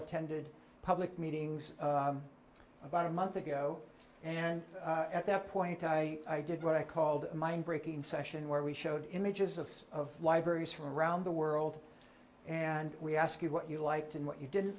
attended public meetings about a month ago and at that point i did what i called mind breaking session where we showed images of libraries from around the world and we ask you what you liked and what you didn't